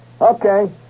Okay